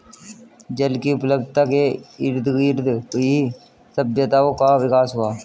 जल की उपलब्धता के इर्दगिर्द ही सभ्यताओं का विकास हुआ